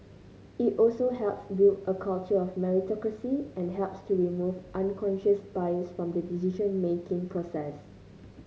it also helps build a culture of meritocracy and helps to remove unconscious bias from the decision making process